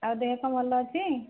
ଆଉ ଦେହ ସବୁ ଭଲ ଅଛି